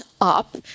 up